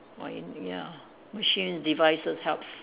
or in ya machines devices helps